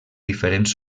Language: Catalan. diferents